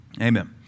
Amen